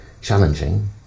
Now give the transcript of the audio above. challenging